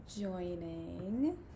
joining